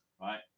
Right